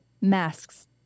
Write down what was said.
masks